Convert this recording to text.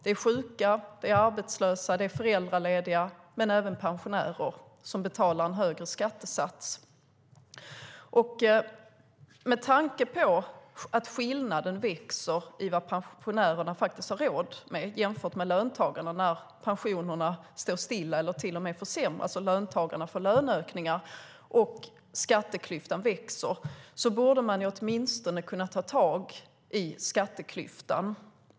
Det är sjuka, arbetslösa och föräldralediga men även pensionärer som betalar en högre skattesats. Skillnaden växer i fråga om vad pensionärerna har råd med jämfört med vad löntagarna har råd med, när pensionerna står stilla eller till och med försämras och löntagarna får löneökningar och skatteklyftan växer. Med tanke på det borde man åtminstone kunna ta tag i skatteklyftan.